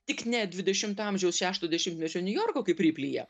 tik ne dvidešimto amžiaus šešto dešimtmečio niujorko kaip riplyje